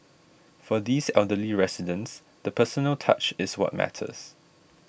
for these elderly residents the personal touch is what matters